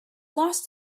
lost